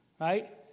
right